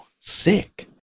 sick